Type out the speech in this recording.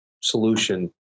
solution